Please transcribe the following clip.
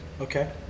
Okay